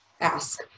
ask